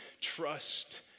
trust